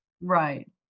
Right